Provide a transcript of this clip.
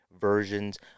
versions